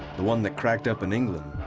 the one that cracked up in england,